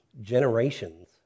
generations